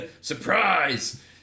Surprise